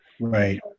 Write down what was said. Right